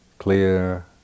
clear